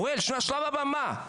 מה,